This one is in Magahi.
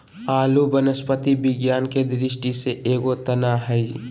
आलू वनस्पति विज्ञान के दृष्टि से एगो तना हइ